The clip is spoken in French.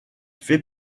fait